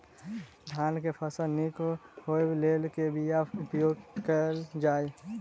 धान केँ फसल निक होब लेल केँ बीया उपयोग कैल जाय?